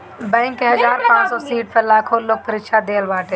bank के हजार पांच सौ सीट पअ लाखो लोग परीक्षा देहले बाटे